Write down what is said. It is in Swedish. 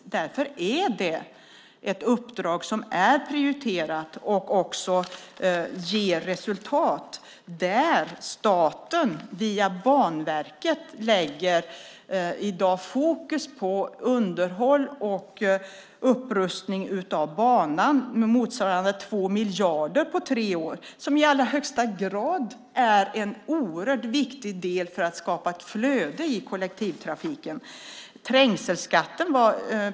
Därför är det ett uppdrag som är prioriterat och som också ger resultat, där staten via Banverket i dag sätter fokus på underhåll och upprustning av banan, motsvarande 2 miljarder kronor på tre år. Det är i allra högsta grad en viktig del för att skapa ett flöde i kollektivtrafiken.